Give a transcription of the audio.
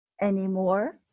anymore